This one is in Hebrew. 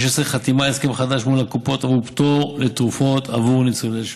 16. חתימה על הסכם חדש מול הקופות עבור פטור לתרופות עבור ניצולי שואה.